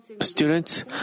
students